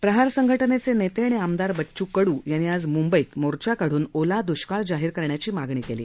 प्रहार संघटनेचे नेते आणि आमदार बच्च् कडू यांनी आज मूंबईत मोर्चा काढून ओला द्ष्काळ जाहीर करण्याची मागणी केली